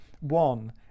one